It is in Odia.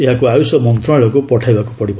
ଏହାକୁ ଆୟୁଷ ମନ୍ତ୍ରଣାଳୟକୁ ପଠାଇବାକୁ ପଡ଼ିବ